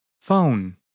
Phone